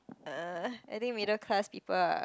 uh I think middle class people are